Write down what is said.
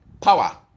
power